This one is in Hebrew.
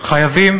חייבים